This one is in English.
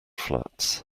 flats